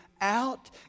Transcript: out